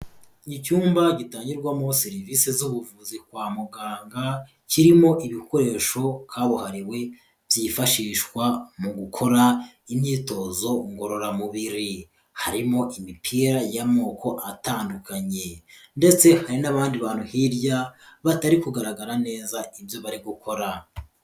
Ni icyumba gitangirwamo serivise z'ubuvuzi kwa muganga, kirimo ibikoresho kabuhariwe byifashishwa mu gukora imyitozo ngororamubiri, harimo imipira y'amoko atandukanye ndetse hari n'abandi bantu hirya batari kugaragara neza ibyo bari gukora.